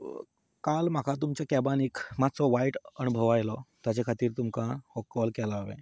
काल म्हाका तुमच्या कॅबान एक मातसो वायट अणभव आयलो ताजे खातीर तुमकां हो कॉल केला हांवें